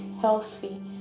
healthy